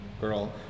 girl